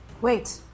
Wait